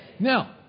Now